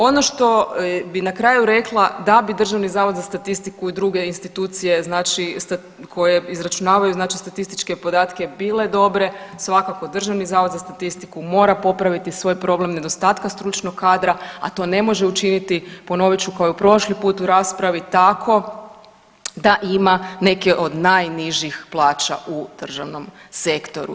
Ono što bi na kraju rekla da bi Državni zavod za statistiku i druge institucije znači koje izračunavaju znači statističke podatke bile dobre svakako Državni zavod za statistiku mora popraviti svoj problem nedostatka stručnog kadra, a to ne može učiniti, ponovit ću kao i prošli put u raspravi, tako da ima neke od najnižih plaća u državnom sektoru.